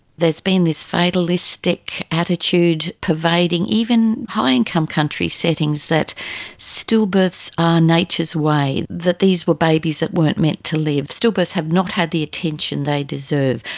there's been this fatalistic attitude pervading even high income country settings that stillbirths are nature's way, that these were babies that weren't meant to live. stillbirths have not had the attention they deserve.